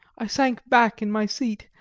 i sank back in my seat,